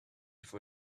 for